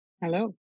hello